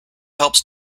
helps